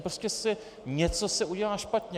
Prostě něco se udělá špatně.